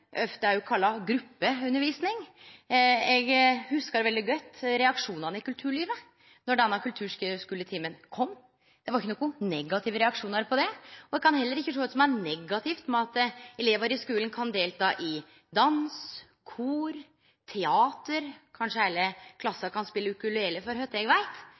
ofte òg kalla gruppeundervisning. Eg hugsar veldig godt reaksjonane i kulturlivet då denne kulturskuletimen kom. Det var ikkje negative reaksjonar på det, og eg kan heller ikkje sjå kva som er negativt med at elevar i skulen kan delta i dans, kor, teater – kanskje heile klassa kan spele ukulele, for alt eg veit.